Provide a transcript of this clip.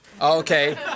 Okay